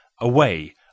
Away